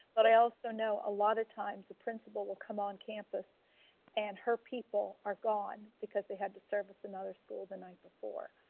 but i also know a lot of times, the principal will come on campus and her people are gone because they had to service another school the before.